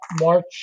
March